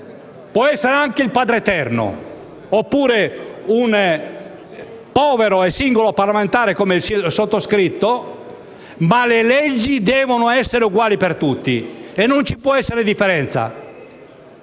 può essere anche il Padreterno o un povero, singolo parlamentare, come il sottoscritto, ma le leggi devono essere uguali per tutti e non ci può essere differenza.